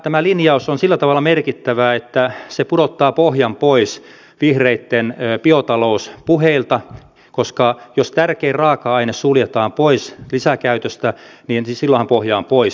tämä linjaus on sillä tavalla merkittävä että se pudottaa pohjan pois vihreitten biotalouspuheilta koska jos tärkein raaka aine suljetaan pois lisäkäytöstä niin silloinhan pohja on pois